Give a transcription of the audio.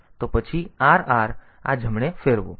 તો પછી RR તેથી આ જમણે ફેરવો